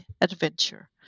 adventure